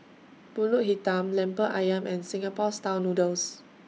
Pulut Hitam Lemper Ayam and Singapore Style Noodles